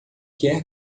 quer